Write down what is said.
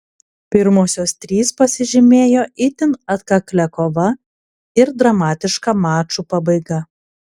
pirmosios trys pasižymėjo itin atkaklia kova ir dramatiška mačų pabaiga